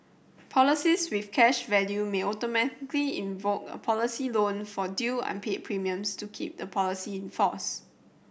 policies with cash value may automatically invoke a policy loan for due unpaid premiums to keep the policy in force